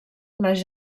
les